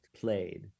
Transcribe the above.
played